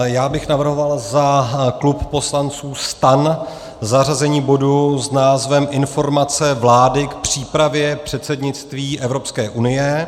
Já bych navrhoval za klub poslanců STAN zařazení bodu s názvem Informace vlády k přípravě předsednictví Evropské unie.